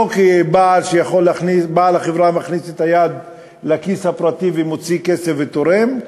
לא כשבעל החברה מכניס את היד לכיס הפרטי ומוציא כסף ותורם,